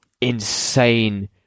insane